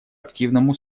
активному